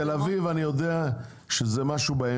אני יודע שבתל אביב זה משהו באמצע,